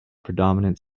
predominant